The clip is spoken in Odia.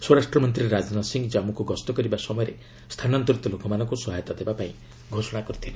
ସ୍ୱରାଷ୍ଟ୍ରମନ୍ତ୍ରୀ ରାଜନାଥ ସିଂ ଜାଞ୍ଚୁକୁ ଗସ୍ତ କରିବା ସମୟରେ ସ୍ଥାନାନ୍ତରିତ ଲୋକମାନଙ୍କୁ ସହାୟତା ଦେବା ପାଇଁ ଘୋଷଣା କରିଥିଲେ